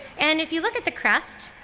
and if you look at the crest,